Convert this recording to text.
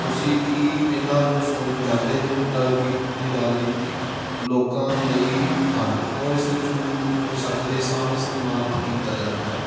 ਤੁਸੀਂ ਕੀ ਇਹਨਾਂ ਨੂੰ ਸੁਣਨ ਜਾਂਦੇ ਹੋ ਨਗਰ ਕੀਰਤਨ ਦੀ ਰਾਜਨੀਤੀ ਲੋਕਾਂ ਲਈ ਹਨ ਕਿਉਂ ਇਸਦੇ ਝੂਠ ਨੂੰ ਸੱਚ ਦੇ ਸਾਹਵੇਂ ਸਨਮਾਨਿਤ ਕੀਤਾ ਜਾਂਦਾ ਹੈ